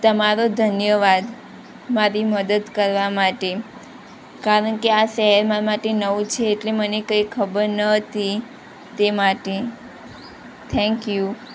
તમારો ધન્યવાદ મારી મદદ કરવા માટે કારણ કે આ શહેર મારા માટે નવું છે એટલે મને કંઈ ખબર નથી તે માટે થેન્ક યુ